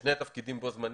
בשני תפקידים בו זמנית,